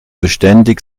beständig